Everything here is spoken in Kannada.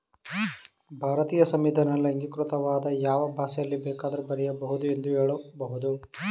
ಭಾರತೀಯ ಸಂವಿಧಾನದಲ್ಲಿ ಅಂಗೀಕೃತವಾದ ಯಾವ ಭಾಷೆಯಲ್ಲಿ ಬೇಕಾದ್ರೂ ಬರೆಯ ಬಹುದು ಎಂದು ಹೇಳಬಹುದು